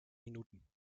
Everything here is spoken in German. minuten